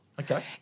Okay